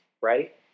Right